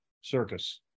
circus